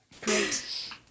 great